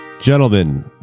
Gentlemen